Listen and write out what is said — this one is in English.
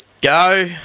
go